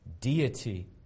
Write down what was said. deity